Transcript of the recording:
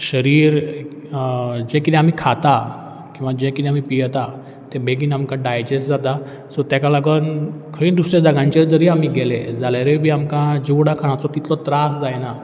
शरीर जें कितें आमी खातात किंवां जें कितें आमी पियेता तें बेगीन आमकां डायजॅस्ट जाता सो तेका लागोन खंय दुसऱ्या जागांचेर जरी आमी गेले जाल्यारय बी आमकां जेवणा खाणाचो तितलो त्रास जायना